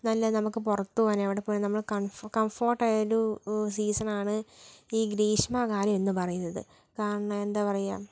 നല്ല നമുക്ക് പുറത്ത് പോവാൻ എവിടെപ്പോവാനും നമ്മൾ കൺഫ കംഫർട്ട് ആയ ഒരു സീസൺ ആണ് ഈ ഗ്രീഷ്മകാലം എന്ന് പറയുന്നത് കാരണം എന്താണ് പറയുക